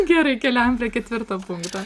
gerai keliaujam prie ketvirto punkto